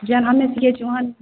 जेहन हमे सियैत छियै ओहन